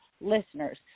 listeners